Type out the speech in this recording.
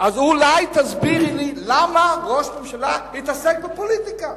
אז אולי תסבירי לי למה ראש הממשלה לשעבר התעסק בפוליטיקה?